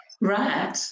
right